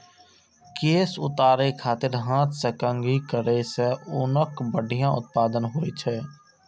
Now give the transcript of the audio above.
केश उतारै खातिर हाथ सं कंघी करै सं ऊनक बढ़िया उत्पादन होइ छै